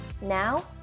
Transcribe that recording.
Now